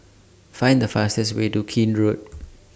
Find The fastest Way to Keene Road